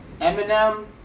Eminem